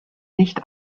nicht